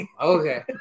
Okay